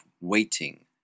Waiting